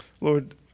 Lord